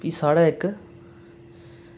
कि साढ़े इक्क